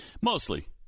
Mostly